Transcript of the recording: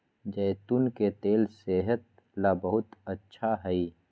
जैतून के तेल सेहत ला बहुत अच्छा हई